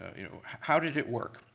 you know, how did it work?